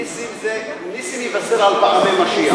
נסים יבשר על פעמי משיח.